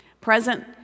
present